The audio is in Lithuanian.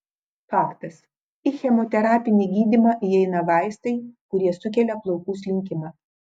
faktas į chemoterapinį gydymą įeina vaistai kurie sukelia plaukų slinkimą